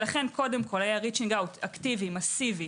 לכן קודם כל היה ריצ'ינג אאוט אקטיבי מסיבי.